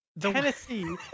Tennessee